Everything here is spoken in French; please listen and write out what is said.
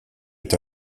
est